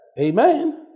amen